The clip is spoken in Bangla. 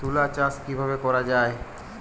তুলো চাষ কিভাবে করা হয়?